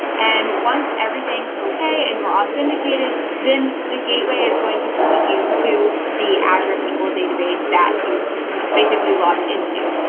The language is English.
and once everything's okay and you're authenticated, then the gateway is going to point you to the azure sql database that you you know basically logged into.